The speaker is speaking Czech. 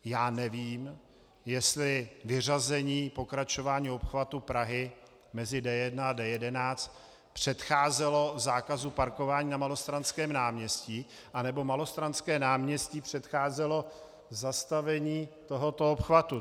Já nevím, jestli vyřazení pokračování obchvatu Prahy mezi D1 a D11 předcházelo zákazu parkování na Malostranském náměstí anebo Malostranské náměstí předcházelo zastavení tohoto obchvatu.